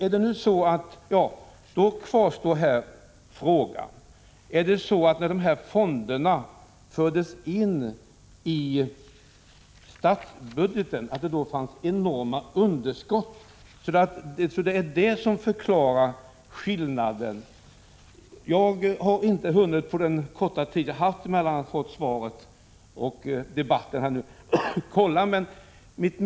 Följande fråga kvarstår: Fanns det enorma underskott vid den tidpunkt då fonderna fördes in i statsbudgeten? Kan det vara förklaringen till skillnaden i detta sammanhang? Under den korta tid som gått sedan jag fick svaret och fram till den här debatten har jag inte hunnit kontrollera alla uppgifter.